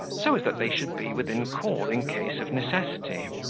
so as that they should be within call in case of necessity,